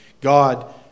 God